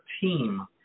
team